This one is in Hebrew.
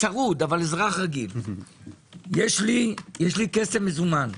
יש לי כסף מזומן.